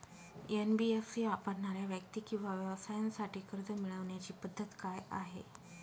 NBFC वापरणाऱ्या व्यक्ती किंवा व्यवसायांसाठी कर्ज मिळविण्याची पद्धत काय आहे?